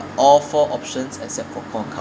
all four options except for corn cup